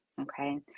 Okay